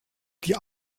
die